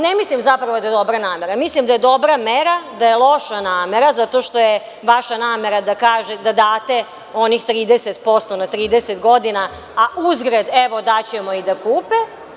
Ne mislim zapravo da je dobra namera, mislim da je dobra mera, a da je loša namera, zato što je vaša namera da date onih 30% na 30 godina, a uzgred, evo, daćemo im da kupe.